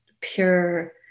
pure